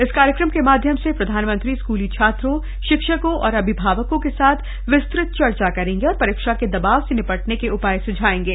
इस कार्यक्रम के माध्यम से प्रधानमंत्री स्कृली छात्रों शिक्षकों और अभिभावकों के साथ विस्तृत चर्चा करंगे और परीक्षा के दबाव से निपटने के उपाय सुझाएंगे